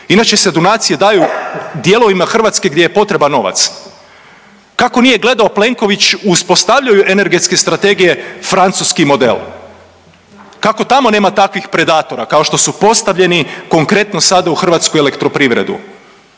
inače se donacije daju dijelovima Hrvatske gdje je potreban novac. Kako nije gledo Plenković uspostavljaju energetske strategije francuski model, kako tamo nema takvih predatora kao što su postavljeni konkretni sada u HEP? I zbog čega